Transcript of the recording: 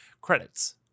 Credits